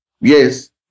Yes